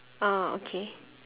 oh okay